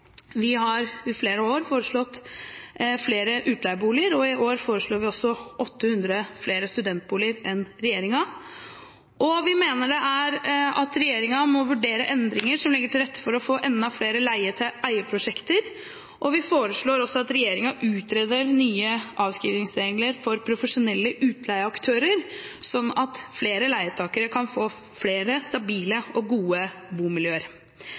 Vi har i flere år foreslått flere utleieboliger, og i år foreslår vi også 800 flere studentboliger enn regjeringen gjør. Vi mener at regjeringen må vurdere endringer som legger til rette for å få enda flere leie-til-eie-prosjekter, og vi er også med på å foreslå at regjeringen utreder nye avskrivningsregler for profesjonelle utleieaktører, sånn at flere leietakere kan få flere stabile og gode bomiljøer.